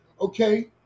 okay